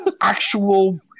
actual